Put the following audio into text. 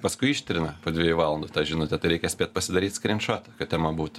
paskui ištrina po dviejų valandų tą žinutę tai reikia spėt pasidaryt skrynšotą kad tema būtų